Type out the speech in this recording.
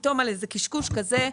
שלא פתאום, על קשקוש כזה,